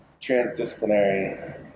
transdisciplinary